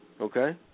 Okay